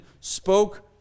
spoke